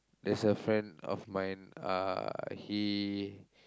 there's a friend of mine uh he